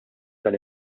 tal